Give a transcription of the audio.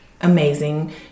amazing